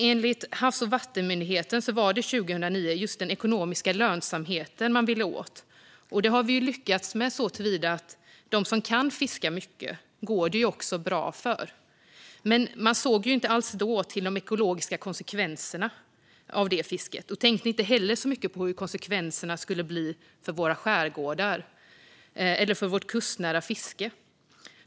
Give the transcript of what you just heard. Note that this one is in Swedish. Enligt Havs och vattenmyndigheten var det 2009 just den ekonomiska lönsamheten man ville åt. Det har vi lyckats med såtillvida att de som kan fiska mycket går det bra för. Men man såg inte alls då till de ekologiska konsekvenserna av det fisket och tänkte inte heller så mycket på hur konsekvenserna skulle bli för våra skärgårdar eller vårt kustnära fiske.